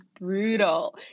brutal